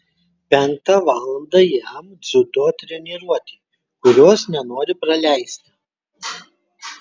penktą valandą jam dziudo treniruotė kurios nenori praleisti